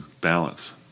Balance